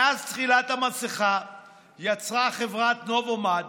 מאז תחילת המגפה יצרה חברת נובומד